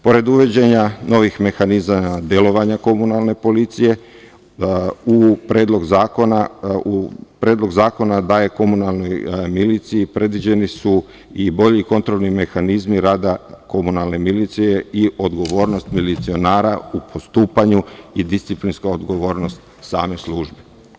Pored uvođenja novih mehanizama delovanja komunalne policije, Predlogom zakona predviđeni su i bolji kontrolni mehanizmi rada komunalne milicije i odgovornost milicionara u postupanju i disciplinska odgovornost same službe.